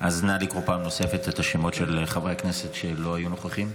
לקרוא פעם נוספת בשמות של חברי כנסת שלא היו נוכחים.